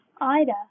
Ida